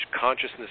consciousness